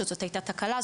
שזו היתה תקלה,